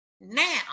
now